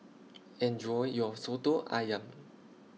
Enjoy your Soto Ayam